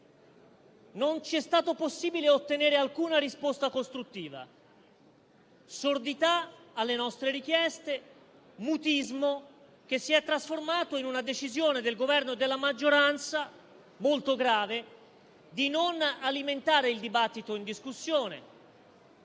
Non ci è stato possibile ottenere alcuna risposta costruttiva: sordità alle nostre richieste e mutismo, che si è trasformato nella decisione del Governo e della maggioranza, molto grave, di non alimentare il dibattito in Commissione,